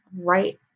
right